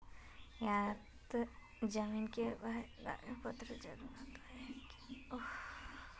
यहात जमीन के भी कागज पत्र की जरूरत होय है की?